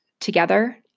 together